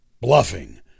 Bluffing